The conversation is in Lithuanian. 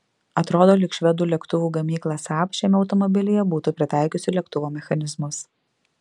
atrodo lyg švedų lėktuvų gamykla saab šiame automobilyje būtų pritaikiusi lėktuvo mechanizmus